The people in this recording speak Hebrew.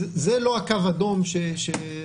זה לא קו אדום תשתיתי.